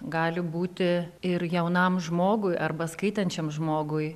gali būti ir jaunam žmogui arba skaitančiam žmogui